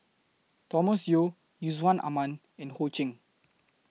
Thomas Yeo Yusman Aman and Ho Ching